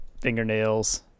fingernails